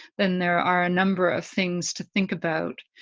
then there are a number of things to think about.